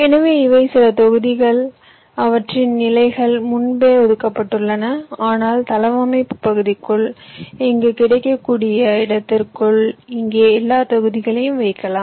எனவே இவை சில தொகுதிகள் அவற்றின் நிலைகள் முன்பே ஒதுக்கப்பட்டுள்ளன ஆனால் தளவமைப்பு பகுதிக்குள் இங்கு கிடைக்கக்கூடிய இடத்திற்குள் இங்கே எல்லா தொகுதிகளையும் வைக்கலாம்